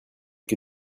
que